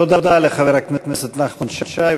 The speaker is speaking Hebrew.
תודה לחבר הכנסת נחמן שי,